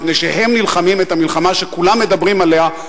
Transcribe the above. משום שהם נלחמים את המלחמה שכולם מדברים עליה,